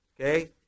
okay